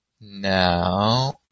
now